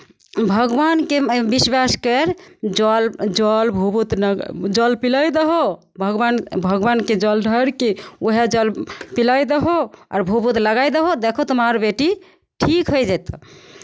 भगवानके विश्वास करि जल जल भभूत न जल पिलाय दहौ भगवान भगवानके जल ढारि कऽ उएह जल पिलाय दहौ आर भभूत लगाय दहौ देखहो तुम्हार बेटी ठीक होय जयतहु